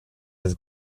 his